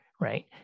right